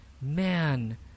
Man